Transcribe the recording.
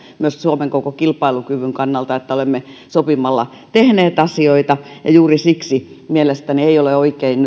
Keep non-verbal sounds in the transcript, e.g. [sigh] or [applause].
myös suomen koko kilpailukyvyn kannalta että olemme sopimalla tehneet asioita ja juuri siksi mielestäni ei nyt ole oikein [unintelligible]